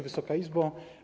Wysoka Izbo!